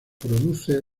produce